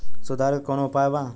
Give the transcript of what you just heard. सुधार के कौनोउपाय वा?